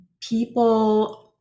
people